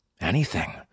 Anything